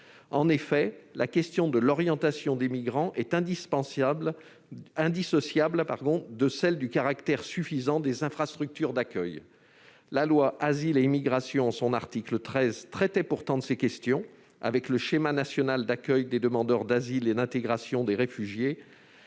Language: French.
En effet, la question de l'orientation des migrants est indissociable de celle du caractère suffisant des infrastructures d'accueil. La loi Asile et immigration, en son article 13, traitait pourtant de ces questions, avec le schéma national d'accueil des demandeurs d'asile et d'intégration des réfugiés.